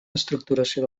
estructuració